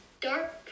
Dark